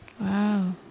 Wow